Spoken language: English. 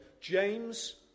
James